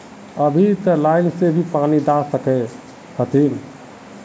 अभी ते लाइन से भी पानी दा सके हथीन?